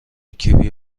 کیوی